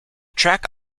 track